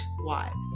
wives